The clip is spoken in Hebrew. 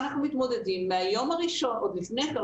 אנחנו מתמודדים מהיום הראשון עוד לפני כן,